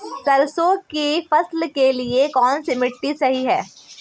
सरसों की फसल के लिए कौनसी मिट्टी सही हैं?